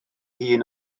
hun